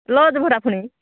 lodge ଭଡ଼ା ପୁଣି